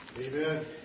Amen